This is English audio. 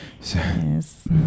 Yes